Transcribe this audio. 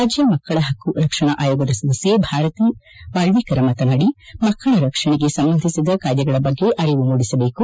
ರಾಜ್ಯ ಮಕ್ಕಳ ಪಕ್ಕು ರಕ್ಷಣಾ ಆಯೋಗದ ಸದಸ್ತೆ ಭಾರತಿ ವಾಕ್ಷಿಕರ ಮಾತನಾಡಿ ಮಕ್ಕಳ ರಕ್ಷಣೆಗೆ ಸಂಬಂಧಿಸಿದ ಕಾಯ್ದೆಗಳ ಬಗ್ಗೆ ಅರಿವು ಮೂಡಿಸಬೇಕು